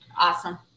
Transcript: awesome